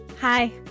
Hi